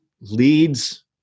leads